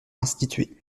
institué